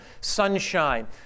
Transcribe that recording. sunshine